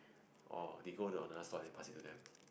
oh they go another store they pass it to them